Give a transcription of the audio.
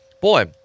Boy